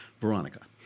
veronica